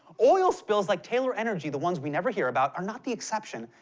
oil spills like taylor energy, the ones we never hear about, are not the exception.